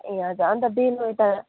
ए हजुर अन्त डेलो यता